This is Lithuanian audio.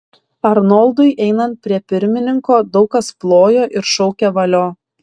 arnoldui einant prie pirmininko daug kas plojo ir šaukė valio